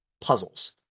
puzzles